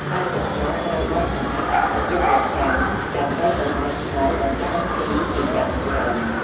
កសិករត្រូវបោចសំអាតស្មៅជាប្រចាំ ដើម្បីកុំឱ្យស្មៅដណ្តើមជីពីដើមស្រូវ។